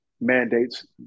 mandates